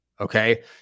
Okay